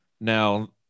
Now